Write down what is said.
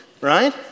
right